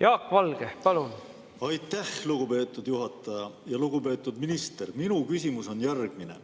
Jaak Valge, palun! Aitäh, lugupeetud juhataja! Lugupeetud minister! Minu küsimus on järgmine.